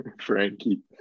frankie